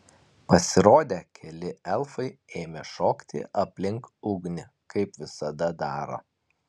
pasirodę keli elfai ėmė šokti aplink ugnį kaip visada daro